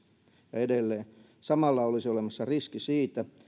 ja edelleen samalla olisi olemassa riski siitä